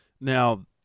Now